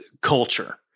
culture